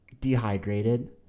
dehydrated